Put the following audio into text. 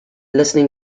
listening